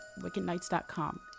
WickedKnights.com